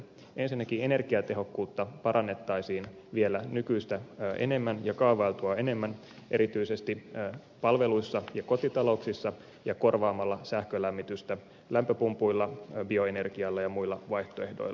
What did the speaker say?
ensinnäkin energiatehokkuutta parannettaisiin vielä nykyistä enemmän ja kaavailtua enemmän erityisesti palveluissa ja kotitalouksissa ja korvaamalla sähkölämmitystä lämpöpumpuilla bioenergialla ja muilla vaihtoehdoilla